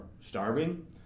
starving